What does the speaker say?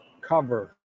cover